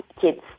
kids